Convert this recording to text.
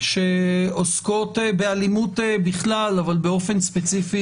שעוסקות באלימות בכלל אבל באופן ספציפי